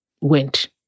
went